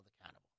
accountable